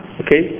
okay